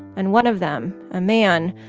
and one of them, a man,